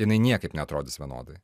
jinai niekaip neatrodys vienodai